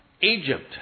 Egypt